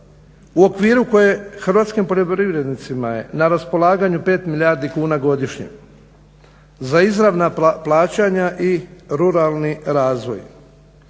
u okviru koje hrvatskim poljoprivrednicima je na raspolaganju 5 milijardi kuna godišnje za izravna plaćanja i ruralni razvoj.